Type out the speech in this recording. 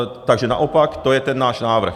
Takže naopak, to je ten náš návrh.